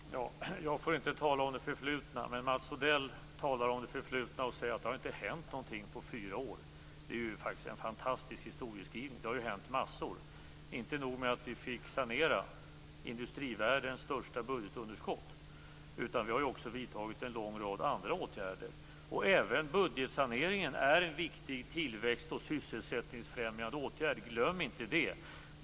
Herr talman! Jag får inte tala om det förflutna. Men Mats Odell talar om det förflutna och säger att det inte har hänt någonting på fyra år. Det är en fantastisk historieskrivning! Det har hänt massor. Inte nog med att vi fick sanera industrivärldens största budgetunderskott. Vi har också vidtagit en lång rad andra åtgärder. Även budgetsaneringen är en viktig tillväxt och sysselsättningsfrämjande åtgärd. Glöm inte det!